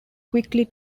quickly